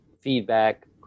feedback